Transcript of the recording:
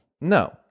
No